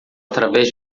através